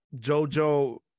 Jojo